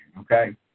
okay